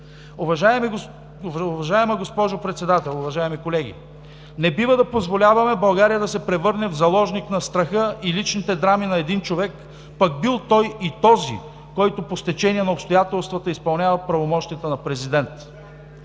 Уважаема госпожо Председател, уважаеми колеги! Не бива да позволяваме България да се превърне в заложник на страха и личните драми на един човек, пък бил той и този, който по стечение на обстоятелствата изпълнява правомощията на президент!